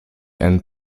and